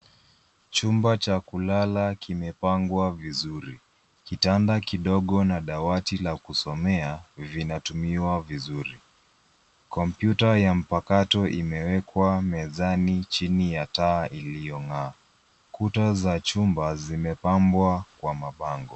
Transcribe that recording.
Chumba cha kulala kimepangwa vizuri. Kitanda kidogo na dawati la kusomea vinatumiwa vizuri. Kompyuta ya mpakato imewekwa mezani chini ya taa iliyong'aa. Kuta za chumba zimepambwa kwa mapambo.